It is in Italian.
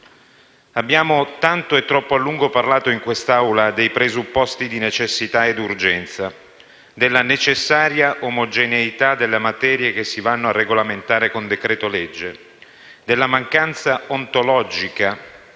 Abbiamo tanto e troppo a lungo parlato in quest'Aula dei presupposti di necessità ed urgenza, della necessaria omogeneità delle materie che si vanno a regolamentare con decreto-legge, della mancanza ontologica